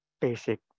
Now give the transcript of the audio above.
basic